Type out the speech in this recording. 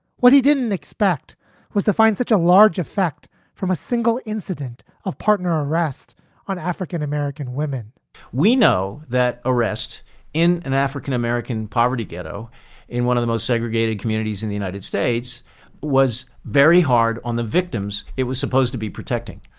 what he didn't expect was to find such a large effect from a single incident of partner arrest on african-american women we know that arrest in an african-american poverty ghetto in one of the most segregated communities in the united states was very hard on the victims. it was supposed to be protecting.